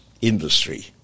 industry